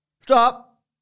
Stop